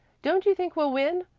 don't you think we'll win?